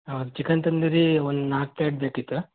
ಹೌದು ಚಿಕನ್ ತಂದೂರಿ ಒಂದು ನಾಲ್ಕು ಪ್ಲೇಟ್ ಬೇಕಿತ್ತು